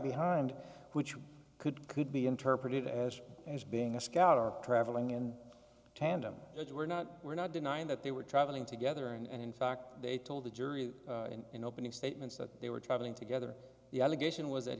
behind which could could be interpreted as as being a scout are traveling in tandem that were not were not denying that they were traveling together and in fact they told the jury in opening statements that they were traveling together the allegation was that